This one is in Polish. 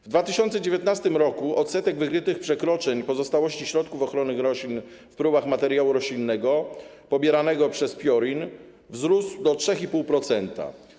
W 2019 r. odsetek wykrytych przekroczeń pozostałości środków ochrony roślin w próbach materiału roślinnego pobieranego przez PIORiN wzrósł do 3,5%.